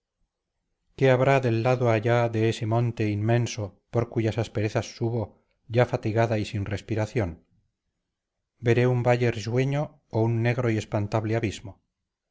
qué habrá del lado allá de este monte inmenso por cuyas asperezas subo ya fatigada y sin respiración veré un valle risueño o un negro y espantable abismo